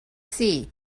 see